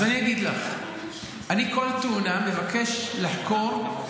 אז אני אגיד לך, אני מבקש לחקור כל התאונה.